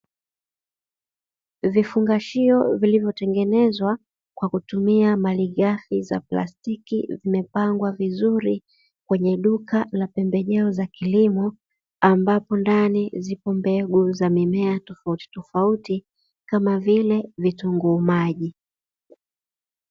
Vifungashio vilivyo tengenezwa kwa kutumia malighafi za plastiki zimepangwa vizuri kwenye duka la pembejeo za kilimo, ambapo ndani zipo mbegu za mimea tofauti tofauti kama vile vitunguu maji.